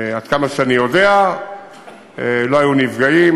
עד כמה שאני יודע לא היו נפגעים,